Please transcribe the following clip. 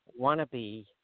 wannabe